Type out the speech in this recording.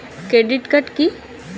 Credit card কি?